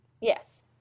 Yes